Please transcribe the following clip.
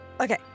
Okay